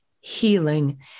healing